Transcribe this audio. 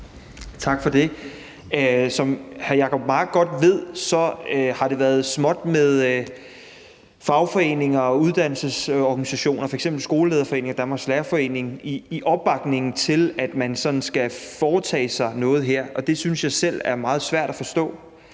Tak for det. Som hr. Jacob Mark godt ved, har det været småt med fagforeninger og uddannelsesorganisationer, f.eks. Skolelederforeningen og Danmarks Lærerforening, i opbakningen til, at man sådan skal foretage sig noget her. Det synes jeg selv er meget svært at forstå,